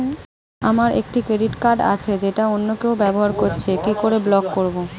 আমার একটি credit card আছে যেটা অন্য কেউ ব্যবহার করছে কি করে ব্লক করবো?